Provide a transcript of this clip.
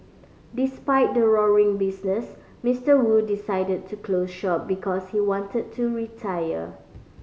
despite the roaring business Mister Wu decided to close shop because he wanted to retire